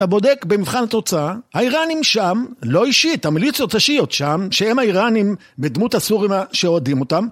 אתה בודק במבחן התוצאה, האיראנים שם, לא אישית, המיליציות השיעיות שם, שהם האיראנים בדמות הסורים שאוהדים אותם.